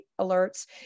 alerts